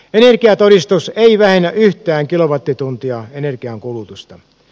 energiatodistus ei vähennä yhtään kilowattituntia energiankulutusta